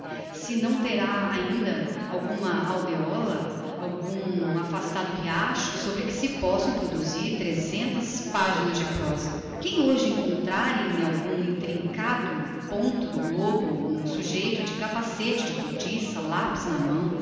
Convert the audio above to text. se não terá ainda alguma aldeola algum afastado riacho sobre que se possam produzir trezentas paginas de prosa quem hoje encontrar em algum intrincado ponto do globo um sujeito de capacete de cortiça lapis na mão